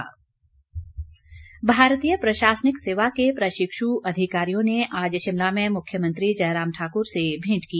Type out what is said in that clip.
मेंट भारतीय प्रशासनिक सेवा के प्रशिक्ष अधिकारियों ने आज शिमला में मुख्यमंत्री जयराम ठाकर से भेंट की